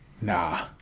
Nah